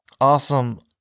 awesome